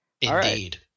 Indeed